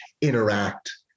interact